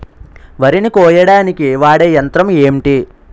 వరి ని కోయడానికి వాడే యంత్రం ఏంటి?